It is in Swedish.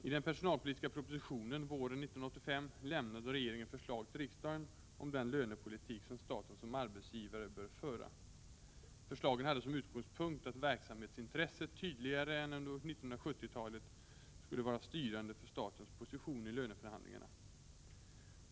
I den personalpolitiska propositionen våren 1985 lämnade regeringen förslag till riksdagen om den lönepolitik som staten som arbetsgivare bör föra. Förslagen hade som utgångspunkt att verksamhetsintresset tydligare än under 1970-talet skulle vara styrande för statens position i löneförhandlingarna.